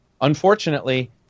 Unfortunately